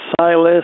Silas